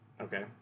Okay